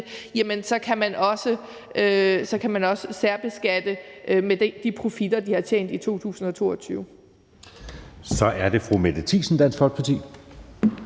så også kan særbeskatte med de profitter, de har tjent i 2022.